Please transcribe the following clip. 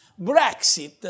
Brexit